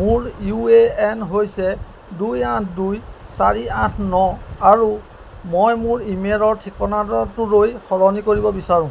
মোৰ U A N হৈছে দুই আঠ দুই চাৰি আঠ ন আৰু মই মোৰ ইমেইলৰ ঠিকনাটো লৈ সলনি কৰিব বিচাৰোঁ